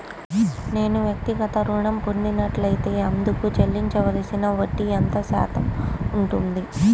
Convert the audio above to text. నేను వ్యక్తిగత ఋణం పొందినట్లైతే అందుకు చెల్లించవలసిన వడ్డీ ఎంత శాతం ఉంటుంది?